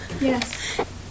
Yes